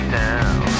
down